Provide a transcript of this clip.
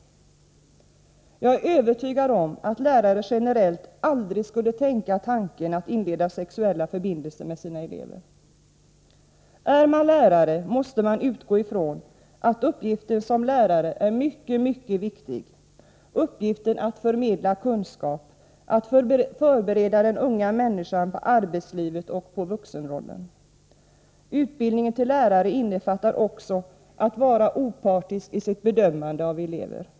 Jag är övertygad om att lärare generellt aldrig skulle tänka tanken att inleda sexuella förbindelser med sina elever. Är man lärare måste man utgå från att uppgiften som lärare att förmedla kunskap, att förbereda den unga människan på arbetslivet och på vuxenrollen är en mycket, mycket viktig uppgift. Utbildningen till lärare innefattar också förmågan att vara opartisk i sitt bedömande av elever.